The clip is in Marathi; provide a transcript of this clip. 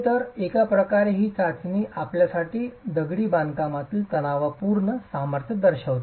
तर एक प्रकारे ही चाचणी आपल्यासाठी दगडी बांधकामातील तणावपूर्ण सामर्थ्य दर्शविते